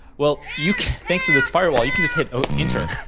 well, you thanks to this firewall, you can just hit ah enter.